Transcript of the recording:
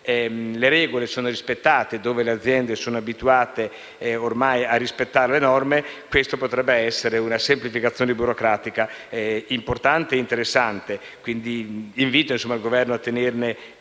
le regole sono rispettate e dove le aziende sono abituate a rispettare le norme, questa potrebbe essere una semplificazione burocratica importante e interessante. Invito quindi il Governo a tenere